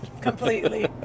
completely